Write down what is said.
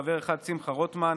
חבר אחד: שמחה רוטמן,